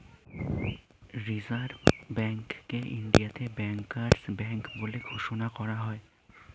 reserve ব্যাঙ্ককে ইন্ডিয়াতে bankers bank বলে ঘোষণা করা হয়